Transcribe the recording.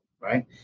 Right